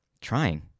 trying